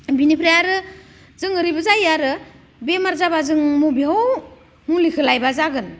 बेनिफ्राय आरो जों ओरैबो जायो आरो बेमार जाबा जों बबेयाव मुलिखौ लायबा जागोन